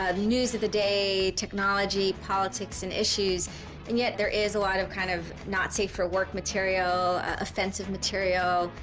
ah news of the day, technology, politics and issues and yet there is a lot of kind of not safe for work. material, offensive material.